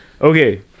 Okay